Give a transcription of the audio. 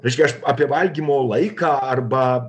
reiškia aš apie valgymo laiką arba